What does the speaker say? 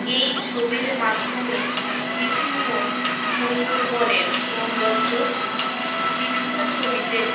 এই ছবির মাধ্যমে বিভিন্ন সুন্দরবনের সৌন্দর্য বিভিন্ন ছবিতে